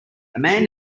man